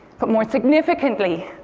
but more significantly,